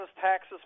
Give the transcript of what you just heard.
taxes